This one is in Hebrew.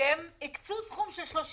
ושהם הקצו סכום של 30